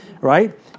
right